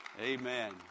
Amen